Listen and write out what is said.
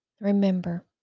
remember